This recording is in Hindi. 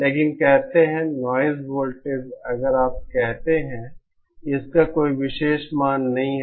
लेकिन कहते हैं नॉइज़ वोल्टेज अगर आप कहते हैं इसका कोई विशेष मान नहीं है